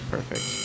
Perfect